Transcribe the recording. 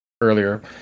earlier